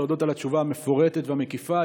להודות על התשובה המפורטת והמקיפה.